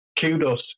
kudos